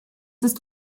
ist